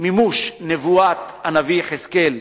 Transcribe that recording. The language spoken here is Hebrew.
מימוש נבואת הנביא יחזקאל.